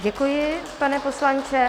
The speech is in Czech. Děkuji, pane poslanče.